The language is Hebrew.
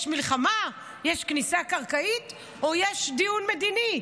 יש מלחמה, יש כניסה קרקעית, או יש דיון מדיני?